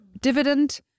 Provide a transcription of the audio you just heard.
dividend